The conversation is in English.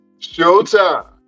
Showtime